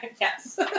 Yes